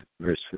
verse